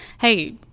hey